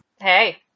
hey